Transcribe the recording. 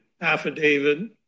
affidavit